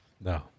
no